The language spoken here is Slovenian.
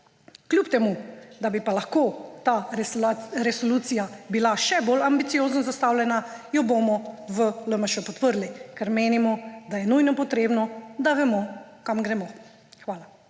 Kljub temu da bi lahko bila ta resolucija še bolj ambiciozno zastavljena, jo bomo v LMŠ podprli, ker menimo, da je nujno potrebno, da vemo, kam gremo. Hvala.